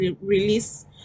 release